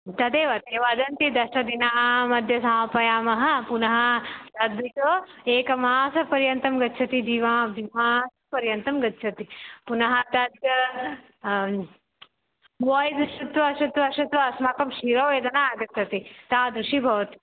तदेव ते वदन्ति दश दिनमध्ये समापयामः पुनः तादृशं एकमासपर्यन्तं गच्छति वा द्विमासपर्यन्तं गच्छति पुनः तद् बोय्स् श्रुत्वा श्रुत्वा श्रुत्वा अस्माकं शिरोवेदना आगच्छति तादृशी भवति